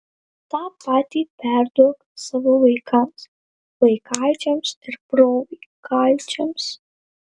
tą patį perduok savo vaikams vaikaičiams ir provaikaičiams